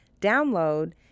download